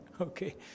okay